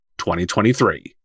2023